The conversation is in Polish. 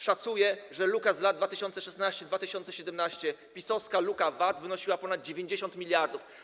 Szacuję, że luka z lat 2016 i 2017, PiS-owska luka VAT, wyniosła ponad 90 mld.